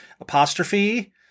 apostrophe